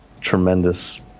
tremendous